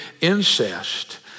incest